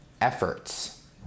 efforts